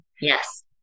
Yes